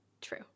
True